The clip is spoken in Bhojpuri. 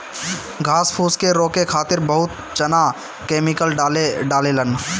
घास फूस के रोके खातिर बहुत जना केमिकल डालें लन